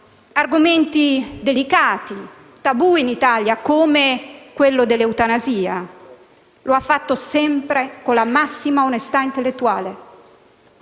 argomenti delicati, tabù in Italia, come quello dell'eutanasia e lo ha fatto sempre con la massima onestà intellettuale.